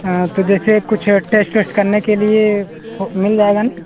हाँ तो जैसे कुछ टेस्ट वेस्ट करने के लिए हो मिल जाएगा ना